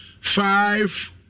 five